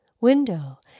Window